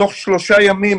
תוך שלושה ימים